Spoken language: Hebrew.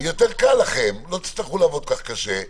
יותר קל לכם לא תצטרכו לעבוד כל כך קשה,